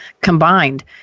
combined